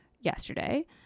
yesterday